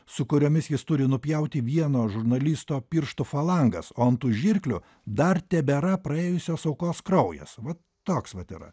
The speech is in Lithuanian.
su kuriomis jis turi nupjauti vieno žurnalisto piršto falangas o ant tų žirklių dar tebėra praėjusios aukos kraujas va toks vat yra